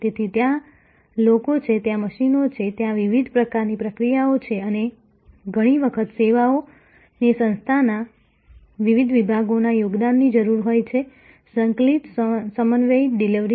તેથી ત્યાં લોકો છે ત્યાં મશીનો છે ત્યાં વિવિધ પ્રકારની પ્રક્રિયાઓ છે અને ઘણી વખત સેવાઓને સંસ્થાના વિવિધ વિભાગોના યોગદાનની જરૂર હોય છે સંકલિત સમન્વયિત ડિલિવરી